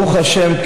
ברוך השם,